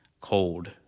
cold